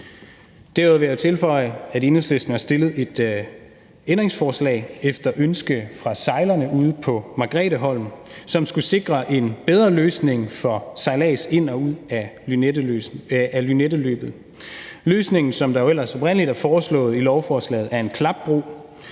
Derudover vil jeg tilføje, at Enhedslisten har stillet et ændringsforslag, efter ønske fra sejlerne ude på Margretheholm, som skulle sikre en bedre løsning for sejlads ind og ud ad Lynetteløbet. Løsningen, som jo er foreslået i lovforslaget, er en klapbro,